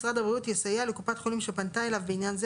משרד הבריאות יסייע לקופת חולים שפנתה אליו בעניין זה